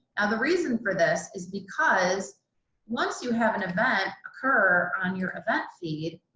the reason for this is because once you have an event occur on your event feed,